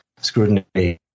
scrutiny